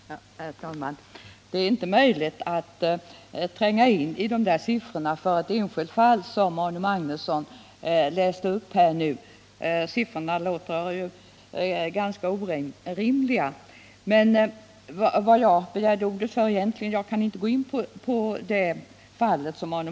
Herr talman! Det är inte möjligt att tränga in i de siffror för ett enskilt fall som Arne Magnusson nu läste upp. Siffrorna låter orimliga, men jag kan inte gå in på det fallet.